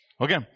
Okay